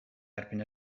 erbyn